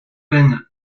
peine